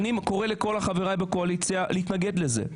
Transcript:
קורא לכל חבריי בקואליציה להתנגד לזה.